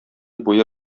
буе